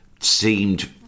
Seemed